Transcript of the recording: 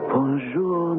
Bonjour